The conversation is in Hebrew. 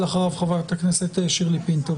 ואחריו חברת הכנסת שירלי פינטו.